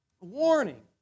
warning